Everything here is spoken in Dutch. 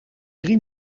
drie